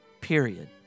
period